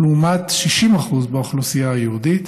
לעומת 60% באוכלוסייה היהודית.